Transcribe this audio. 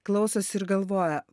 klausosi ir galvoja